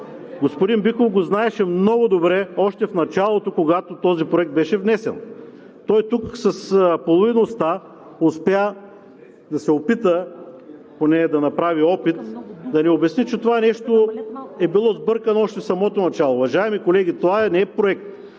Господин Биков го знаеше много добре още от началото, когато този проект беше внесен. Той тук с половин уста се опита, поне направи опит да ни обясни, че това нещо е било сбъркано още в самото начало. Уважаеми колеги, това не е проект,